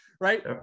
right